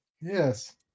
Yes